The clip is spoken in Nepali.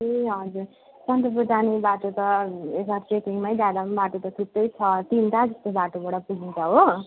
ए हजुर सन्दकपु जाने बाटो त यता ट्रेकिङमा जाँदा बाटो त थुप्रै छ तिनवटा जस्तो बाटोबाट पुगिन्छ हो